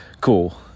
Cool